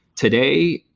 today,